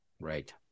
Right